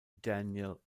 daniel